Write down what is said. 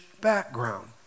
background